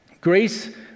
grace